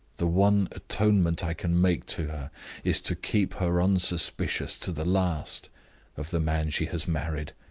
the one atonement i can make to her is to keep her unsuspicious to the last of the man she has married.